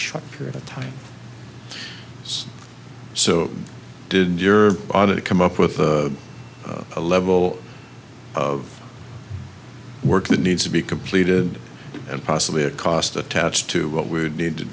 short period of time so didn't your other come up with a level of work that needs to be completed and possibly a cost attached to what we would need to